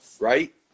right